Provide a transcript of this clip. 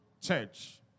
church